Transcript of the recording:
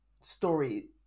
story